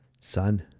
Son